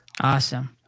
Awesome